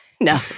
no